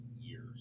years